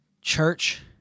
church